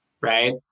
right